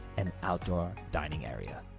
and outdoor dining area.